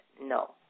no